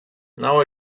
now